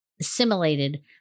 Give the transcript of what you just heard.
assimilated